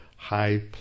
high